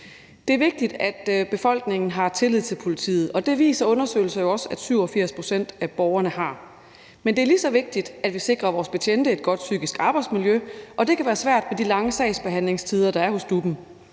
Det er vigtigt, at befolkningen har tillid til politiet, og det viser undersøgelser jo også at 87 pct. af borgerne har; men det er lige så vigtigt, at vi sikrer vores betjente et godt psykisk arbejdsmiljø, og det kan være svært med de lange sagsbehandlingstider, der er hos DUP'en.